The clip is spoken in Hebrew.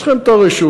יש לכם הרשות.